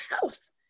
house